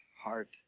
heart